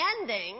ending